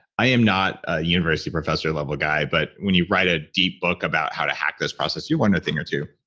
i am not a university professor level guy, but when you write a deep book about how to hack this process you want a thing or two.